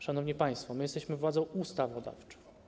Szanowni państwo, jesteśmy władzą ustawodawczą.